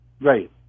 Right